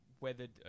weathered